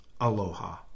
Aloha